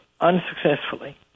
unsuccessfully